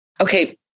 Okay